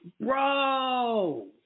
Bro